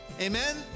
Amen